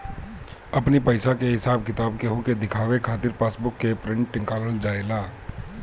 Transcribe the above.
अपनी पईसा के हिसाब किताब केहू के देखावे खातिर पासबुक के प्रिंट निकालल जाएला